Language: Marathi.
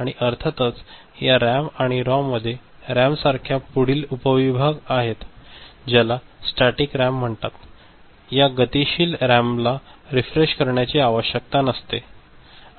आणि अर्थातच या रॅम आणि रॉममध्ये रॅम सारख्या पुढील उपविभाग आहेत ज्याला स्टॅटिक रॅम म्हणतात या गतिशील रॅमला रीफ्रेश करण्याची आवश्यकता नसते